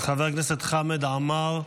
חבר הכנסת חמד עמאר,